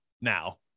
now